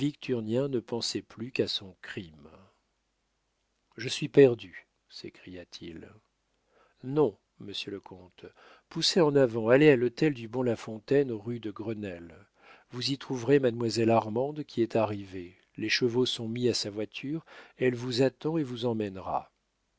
ne pensait plus qu'à son crime je suis perdu s'écria-t-il non monsieur le comte poussez en avant allez à l'hôtel du bon lafontaine rue de grenelle vous y trouverez mademoiselle armande qui est arrivée les chevaux sont mis à sa voiture elle vous attend et vous emmènera